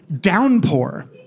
downpour